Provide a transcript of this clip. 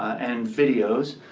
and videos.